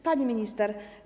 Pani Minister!